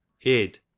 Id